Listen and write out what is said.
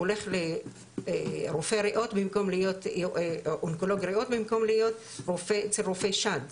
הוא הולך לרופא ריאות במקום להיות אצל רופא שד,